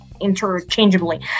interchangeably